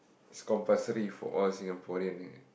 it's compulsory for all Singaporean eh